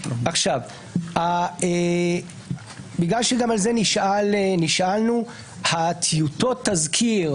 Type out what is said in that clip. מכיוון שגם על זה נשאלנו טיוטות התזכיר